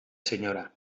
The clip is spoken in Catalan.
senyora